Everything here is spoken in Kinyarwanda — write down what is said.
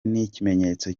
n’ikimenyetso